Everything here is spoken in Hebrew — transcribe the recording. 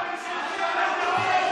שב בשקט.